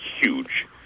huge